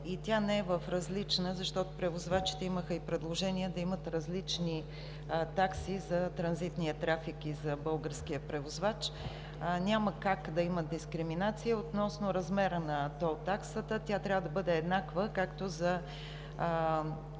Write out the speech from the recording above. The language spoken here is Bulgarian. и тя не е в различната такса. Превозвачите имаха и предложения да има различни такси за транзитния трафик и за българския превозвач. Няма как да има дискриминация. Относно размера на тол таксата, тя трябва да бъде еднаква както за